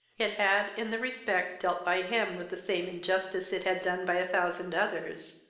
it had in the respect dealt by him with the same injustice it had done by a thousand others.